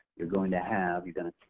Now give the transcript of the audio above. you're going to have, you're going to,